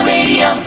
Radio